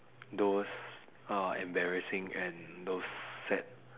those uh embarrassing and those sad